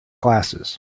classes